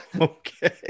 Okay